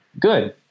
Good